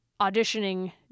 auditioning